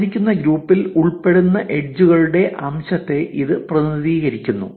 തന്നിരിക്കുന്ന ഗ്രൂപ്പിൽ ഉൾപ്പെടുന്ന എഡ്ജ് കളുടെ അംശത്തെ ഇത് പ്രതിനിധീകരിക്കുന്നു